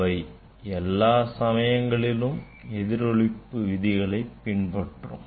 அவை எல்லா சமயங்களிலும் எதிரொளிப்பு விதிகளை பின்பற்றும்